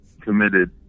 committed